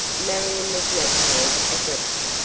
marion was naturally aggressive,